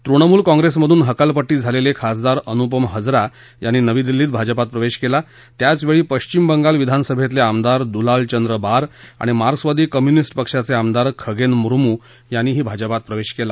तुणमूल काँग्रेसमधून हकलापट्टी झालेले खासदार अनुपम हजरा याप्ती नवी दिल्लीत भाजपा प्रवेश केला त्याचवेळी पश्चिम बाजि विधानसभेतले आमदार दुलाल चर्च बार आणि मार्क्सवादी कम्युनिस्ट पक्षाचे आमदार खगेन मुर्मु यातीही भाजपात प्रवेश केला